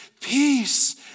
Peace